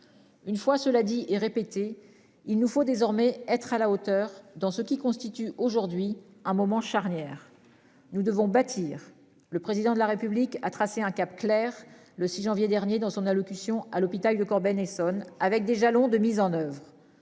Une fois cela dit et répété, il nous faut désormais être à la hauteur dans ce qui constitue aujourd'hui un moment charnière. Nous devons bâtir le président de la République a tracer un cap clair le 6 janvier dernier dans son allocution à l'hôpital de Corbeil-Essonnes avec des jalons de mise en oeuvre